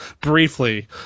briefly